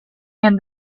and